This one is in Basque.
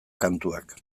kantuak